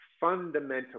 fundamentally